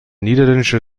niederländische